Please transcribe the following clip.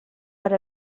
per